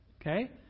Okay